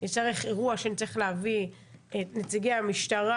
אירוע שנצטרך להביא את נציגי המשטרה